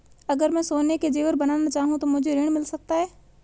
अगर मैं सोने के ज़ेवर बनाना चाहूं तो मुझे ऋण मिल सकता है?